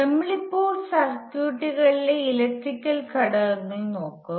നമ്മൾ ഇപ്പോൾ സർക്യൂട്ടുകളിലെ ഇലക്ട്രിക്കൽ ഘടകങ്ങൾ നോക്കും